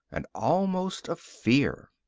and almost of fear.